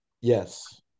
Yes